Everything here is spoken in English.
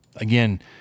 Again